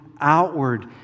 outward